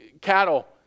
cattle